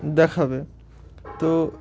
দেখাবে তো